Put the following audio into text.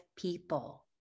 people